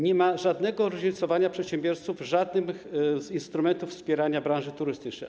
Nie ma żadnego różnicowania przedsiębiorców w żadnym z instrumentów wspierania branży turystycznej.